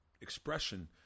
expression